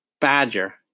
Badger